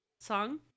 song